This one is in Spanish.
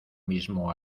mismo